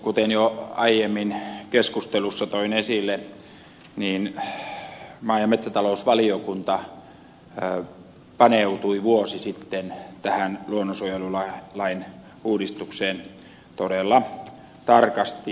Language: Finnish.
kuten jo aiemmin keskustelussa toin esille maa ja metsätalousvaliokunta paneutui vuosi sitten tähän luonnonsuojelulain uudistukseen todella tarkasti